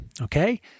Okay